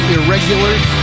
Irregulars